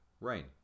rain